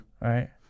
Right